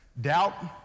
doubt